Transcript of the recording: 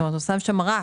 נוסף שם רף.